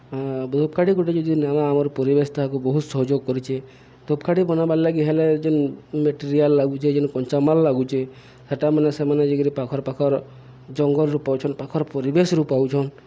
ଧୂପ୍ଖାଡ଼ି ଗୁଟେ ଯଦି ନେମା ଆମର୍ ପରିବେଶ୍ ତାହାକୁ ବହୁତ୍ ସହଯୋଗ୍ କରିଚେ ଧୂପ୍ଖାଡ଼ି ବନାବାର୍ ଲାଗି ହେଲେ ଯେନ୍ ମେଟେରିଆଲ୍ ଲାଗୁଚେ ଯେନ୍ କଞ୍ଚାମାଲ୍ ଲାଗୁଚେ ସେଟା ମାନେ ସେମାନେ ଯକିରି ପାଖର୍ ପାଖର୍ ଜଙ୍ଗଲ୍ରୁୂ ପାଉଛନ୍ ପାଖର୍ ପରିବେଶ୍ରୁ ପାଉଛନ୍